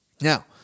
Now